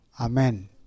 amen